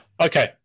Okay